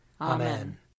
Amen